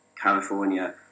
California